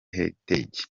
heritage